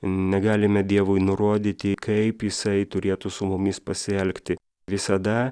negalime dievui nurodyti kaip jisai turėtų su mumis pasielgti visada